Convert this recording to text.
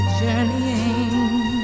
journeying